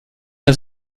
das